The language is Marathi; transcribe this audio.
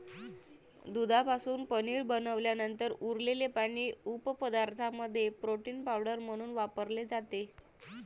दुधापासून पनीर बनवल्यानंतर उरलेले पाणी उपपदार्थांमध्ये प्रोटीन पावडर म्हणून वापरले जाते